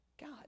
God